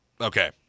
Okay